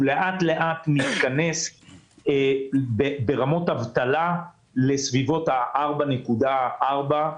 לאט-לאט מתכנס ברמות אבטלה לסביבות 4.4%,